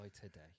today